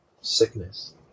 sickness